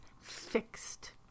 fixed